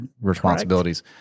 responsibilities